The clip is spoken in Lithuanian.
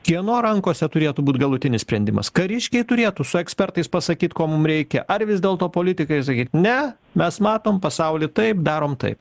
kieno rankose turėtų būt galutinis sprendimas kariškiai turėtų su ekspertais pasakyt ko mums reikia ar vis dėlto politikai sakyti ne mes matom pasaulį taip darom taip